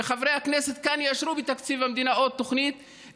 וחברי הכנסת כאן יאשרו בתקציב המדינה עוד תוכנית,